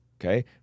okay